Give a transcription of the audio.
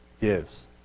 gives